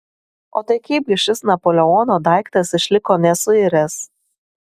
o tai kaip gi šis napoleono daiktas išliko nesuiręs